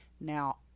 now